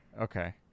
Okay